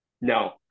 No